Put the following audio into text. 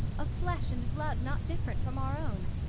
of flesh and blood not different from our own?